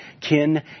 kin